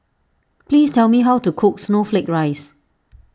please tell me how to cook Snowflake Ice